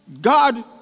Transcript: God